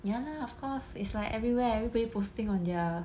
ya lah of course it's like everywhere everybody posting on their